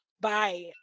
Bye